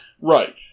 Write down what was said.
Right